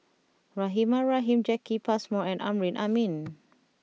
Rahimah Rahim Jacki Passmore and Amrin Amin